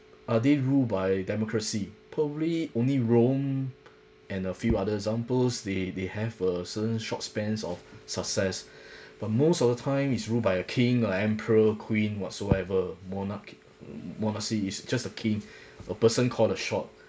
are they rule by democracy probably only rome and a few other examples they they have a certain short spans of success but most of the time is rule by a king or emperor queen whatsoever monarch~ monarchy is just a king a person called the shot